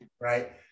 Right